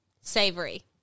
Savory